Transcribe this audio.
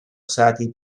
usati